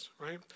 right